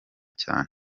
cyane